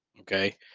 okay